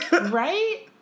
Right